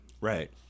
Right